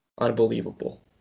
Unbelievable